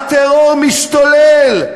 הטרור משתולל.